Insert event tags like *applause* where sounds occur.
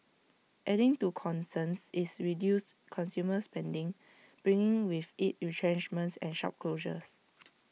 adding to concerns is reduced consumer spending bringing with IT retrenchments and shop closures *noise*